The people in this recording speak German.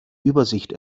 übersicht